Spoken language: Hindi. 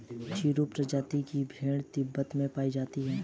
चिरु प्रजाति की भेड़ तिब्बत में पायी जाती है